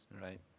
right